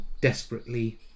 desperately